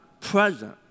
present